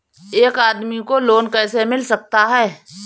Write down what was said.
एक आदमी को लोन कैसे मिल सकता है?